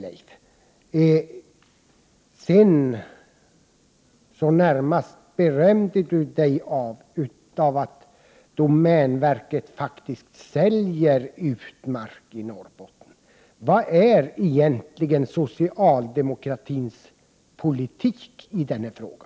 Leif Marklund närmast berömde sig sedan av att domänverket faktiskt säljer ut mark i Norrbotten. Vilken är egentligen socialdemokratins politik i denna fråga?